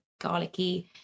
garlicky